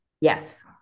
Yes